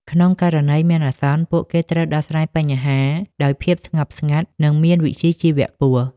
ក្នុងករណីមានអាសន្ន ពួកគេត្រូវដោះស្រាយបញ្ហាដោយភាពស្ងប់ស្ងាត់និងមានវិជ្ជាជីវៈខ្ពស់។